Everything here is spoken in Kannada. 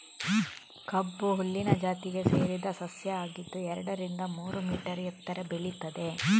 ಕಬ್ಬು ಹುಲ್ಲಿನ ಜಾತಿಗೆ ಸೇರಿದ ಸಸ್ಯ ಆಗಿದ್ದು ಎರಡರಿಂದ ಆರು ಮೀಟರ್ ಎತ್ತರ ಬೆಳೀತದೆ